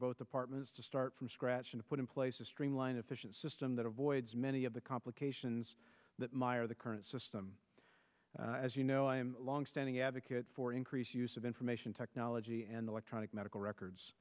both apartments to start from scratch and put in place a streamlined efficient system that avoids many of the complications that mire the current system as you know i am a longstanding advocate for increased use of information technology and electronic medical records